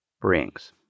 brings